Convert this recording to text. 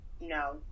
No